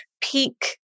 peak